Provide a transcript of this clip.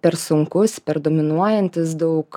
per sunkus per dominuojantis daug